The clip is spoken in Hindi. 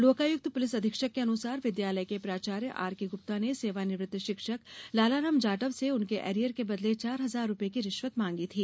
लोकायुक्त प्रलिस अधीक्षक के अनुसार विद्यालय के प्राचार्य आर के गुप्ता ने सेवानिवृत्त शिक्षक लालाराम जाटव से उसके एरियर के बदले चार हजार रुपए की रिश्वत मांगी थी